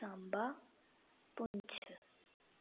Samba Poonch